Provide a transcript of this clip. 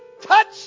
Touch